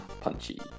Punchy